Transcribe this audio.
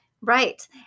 Right